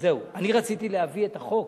אני רציתי להביא את החוק,